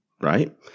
right